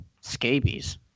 Scabies